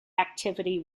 activity